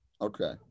Okay